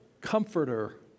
comforter